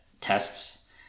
tests